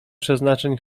przeznaczeń